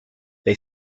they